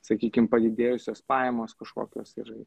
sakykim padidėjusios pajamos kažkokios ir